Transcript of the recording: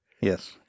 Yes